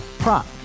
prop